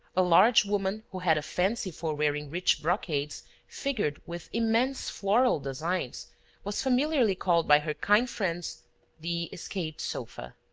a large woman who had a fancy for wearing rich brocades figured with immense floral designs was familiarly called by her kind friends the escaped sofa.